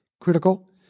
critical